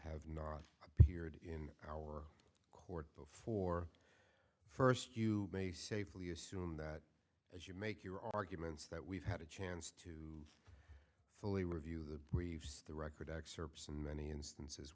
have not appeared in our court before first you may safely assume that as you make your arguments that we've had a chance to fully review the briefs the record excerpts in many instances